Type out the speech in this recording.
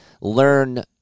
learn